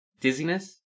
Dizziness